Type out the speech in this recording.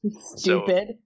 Stupid